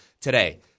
today